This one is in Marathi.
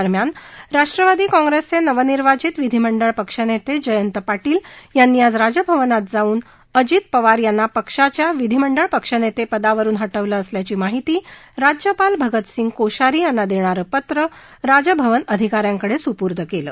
दरम्यान राष्ट्रवादी काँग्रेसचे नवनिर्वांचित विधीमंडळ पक्षनेते जयंत पार्शिल यांनी आज राजभवनात जाऊन अजित पवार यांना पक्षाच्या विधीमंडळ पक्षनेतेपदावरुन हावेलं असल्याची माहिती राज्यपाल भगतसिंग कोशयारी यांना देणारं पत्र राजभवन अधिका यांकडे सुर्पूद केलं